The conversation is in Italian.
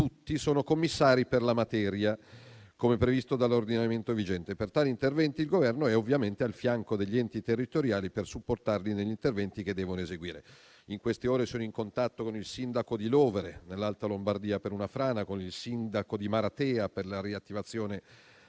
tutti - sono commissari per la materia, come previsto dall'ordinamento vigente. Il Governo è ovviamente al fianco degli enti territoriali per supportarli negli interventi che devono eseguire. In queste ore sono in contatto con il sindaco di Lovere, nell'alta Lombardia per una frana e con il sindaco di Maratea per la riattivazione